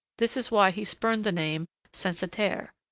this is why he spurned the name censitaire.